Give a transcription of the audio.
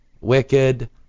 Wicked